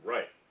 Right